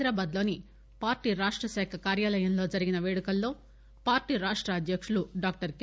హైదరాబాద్ లోని పార్టీ రాష్ట శాఖ కార్యాలయంలో జరిగిన పేడుకల్లో పార్టీ రాష్ట అధ్యకుడు డాక్టర్ కె